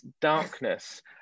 darkness